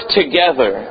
together